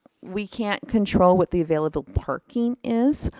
we can't control what the available parking is.